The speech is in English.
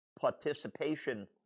participation